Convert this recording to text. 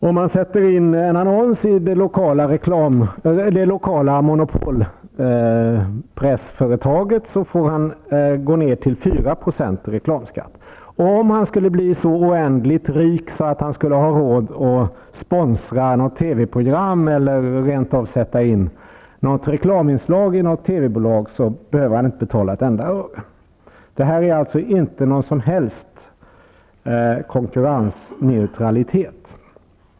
Om han sätter in en annons i det lokala monopolpressföretaget går reklamskatten ned till 4 %. Och om han skulle bli så oändligt rik att han hade råd att sponsra något TV-program eller rent av att låta göra ett reklaminslag i något TV-bolag behöver han inte betala ett enda öre i reklamskatt. -- Här råder alltså inte någon som helst konkurrensneutralitet.